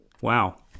Wow